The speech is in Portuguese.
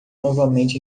novamente